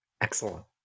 Excellent